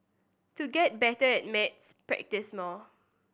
to get better at maths practise more